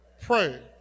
pray